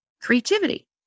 creativity